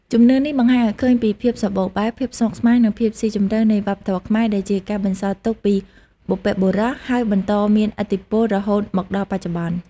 ជំនឿនេះបង្ហាញឲ្យឃើញពីភាពសម្បូរបែប ភាពស្មុគស្មាញ និងភាពស៊ីជម្រៅនៃវប្បធម៌ខ្មែរ ដែលជាការបន្សល់ទុកពីបុព្វបុរស ហើយបន្តមានឥទ្ធិពលរហូតមកដល់បច្ចុប្បន្ន។